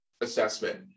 assessment